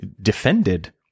defended